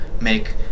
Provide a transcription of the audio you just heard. make